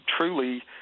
truly